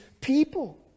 people